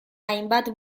hainbat